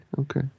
Okay